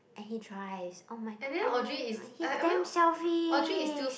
and he tries oh-my-god he's damn selfish